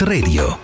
Radio